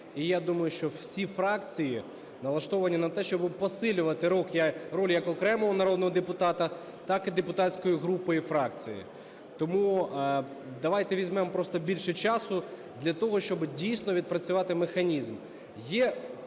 і я думаю, що всі фракції налаштовані на те, щоб посилювати роль як окремого народного депутата, так і депутатської групи і фракції. Тому давайте візьмемо просто більше часу для того, щоб дійсно відпрацювати механізм.